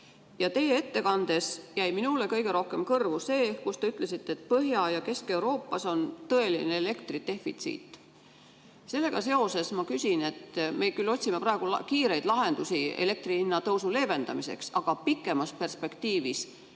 Teie ettekandest jäi minule kõige rohkem kõrvu see, et te ütlesite, et Põhja- ja Kesk-Euroopas on tõeline elektridefitsiit. Sellega seoses ma küsin, et me küll otsime praegu kiireid lahendusi elektri hinna tõusu leevendamiseks, aga kas pikemas perspektiivis